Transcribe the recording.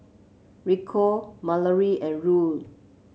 Rico Malorie and Ruel